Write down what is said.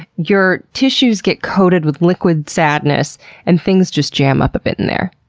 your tissues get coated with liquid sadness and things just jam up a bit in there.